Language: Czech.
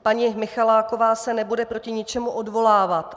Paní Michaláková se nebude proti ničemu odvolávat.